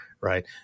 right